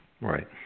Right